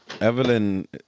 Evelyn